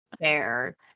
fair